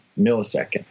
millisecond